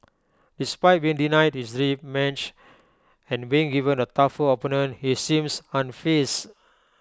despite being denied his match and being given A tougher opponent he seems unfaze